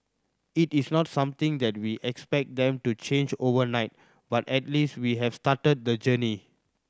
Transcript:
it is not something that we expect them to change overnight but at least we have started the journey